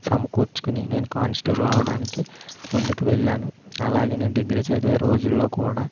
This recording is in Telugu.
సమకూర్చుకుని నేను కానిస్టేబుల్ అవ్వడానికి ముందుకు వెళ్ళాను అలాగే నేను డిగ్రీ చదివే రోజులలో కూడా